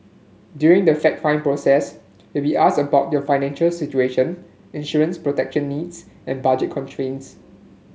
during the fact find process will be asked about your financial situation insurance protection needs and budget constraints